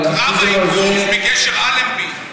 גשר אלנבי.